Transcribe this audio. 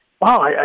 wow